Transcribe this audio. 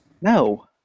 No